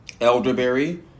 Elderberry